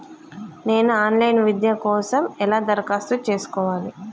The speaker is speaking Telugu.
నేను ఆన్ లైన్ విద్య కోసం ఎలా దరఖాస్తు చేసుకోవాలి?